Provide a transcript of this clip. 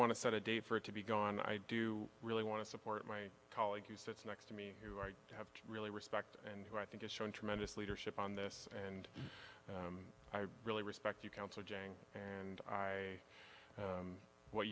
want to set a date for it to be gone i do really want to support my colleague who sits next to me who i have to really respect and who i think is showing tremendous leadership on this and i really respect you counsel jane and what